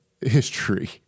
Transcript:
history